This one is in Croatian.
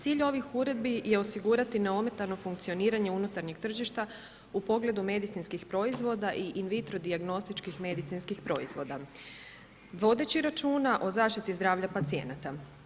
Cilj ovih uredbi je osigurati neometano funkcioniranje unutarnjeg tržišta u pogledu medicinskih proizvoda i in vitro dijagnostičkih medicinskih proizvoda vodeći računa o zaštiti zdravlja pacijenata.